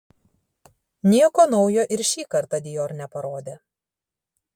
nieko naujo ir šį kartą dior neparodė